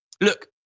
look